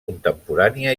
contemporània